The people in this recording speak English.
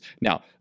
now